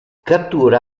cattura